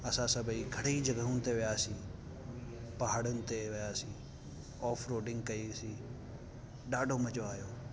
असां सभेई घणेई जॻहियुनि ते वियासीं पहाड़नि ते वियासीं ऑफ रोडिंग कई हुईसीं ॾाढो मज़ो आयो